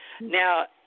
Now